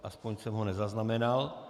Aspoň jsem ho nezaznamenal.